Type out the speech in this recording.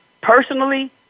Personally